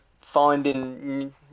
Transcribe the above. Finding